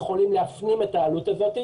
יכולים להפנים את העלות הזאת.